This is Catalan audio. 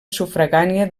sufragània